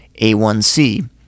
a1c